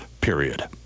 Period